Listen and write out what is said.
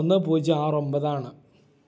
ഒന്ന് പൂജ്യം ആറ് ഒമ്പതാണ്